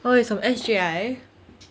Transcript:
oh he's from S_J_I